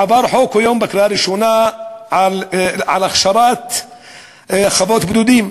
עבר היום בקריאה ראשונה חוק על הכשרת חוות בודדים,